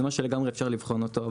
זה דבר שלגמרי אפשר לבחון אותו.